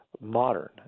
modern